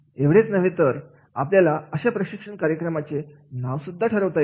एवढेच नव्हे तर आपल्याला अशा प्रशिक्षण कार्यक्रमाचे नाव सुद्धा ठरवता येत नाही